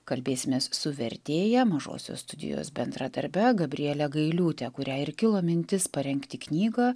kalbėsimės su vertėja mažosios studijos bendradarbe gabriele gailiūte kuriai ir kilo mintis parengti knygą